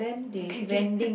k k